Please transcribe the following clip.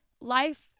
Life